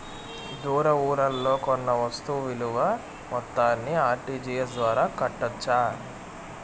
దూర ఊర్లలో కొన్న వస్తు విలువ మొత్తాన్ని ఆర్.టి.జి.ఎస్ ద్వారా కట్టొచ్చా?